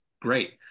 great